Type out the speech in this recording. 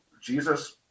Jesus